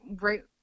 right